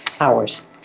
hours